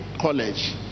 college